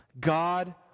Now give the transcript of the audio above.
God